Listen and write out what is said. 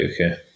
okay